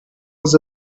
was